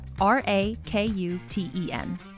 R-A-K-U-T-E-N